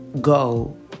go